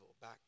back